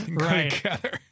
Right